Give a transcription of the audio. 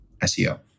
SEO